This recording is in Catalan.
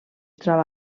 troba